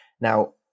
Now